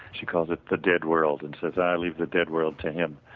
she calls it the dead world. and says, i leave the dead world to him.